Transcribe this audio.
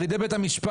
על ידי בית המשפט,